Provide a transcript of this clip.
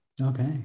okay